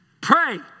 pray